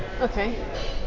Okay